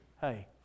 hey